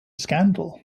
scandal